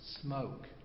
smoke